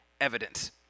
evidence